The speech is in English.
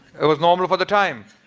it was normal for the time.